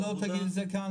אם לא תגיד את זה כאן,